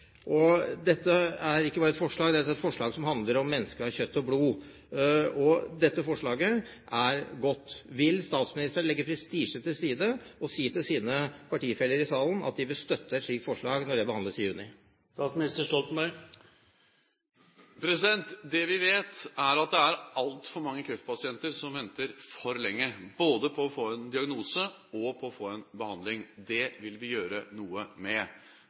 Dette er ikke bare et forslag, dette er et forslag som handler om mennesker av kjøtt og blod. Dette forslaget er godt. Vil statsministeren legge prestisjen til side og si til sine partifeller i salen at de bør støtte et slikt forslag når det behandles i juni? Det vi vet, er at det er altfor mange kreftpasienter som venter for lenge, både på å få en diagnose og på å få behandling. Det vil vi gjøre noe med.